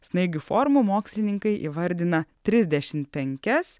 snaigių formų mokslininkai įvardina trisdešimt penkias